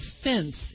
offense